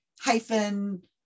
hyphen